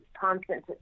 constant